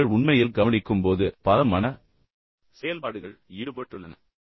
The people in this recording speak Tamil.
இப்போது நீங்கள் உண்மையில் கவனிக்கும் போது பல மன செயல்பாடுகள் ஈடுபட்டுள்ளன